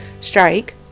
Strike